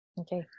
Okay